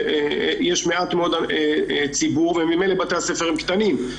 יש מעט מאוד ציבור דתי, וממילא בתי הספר הם קטנים.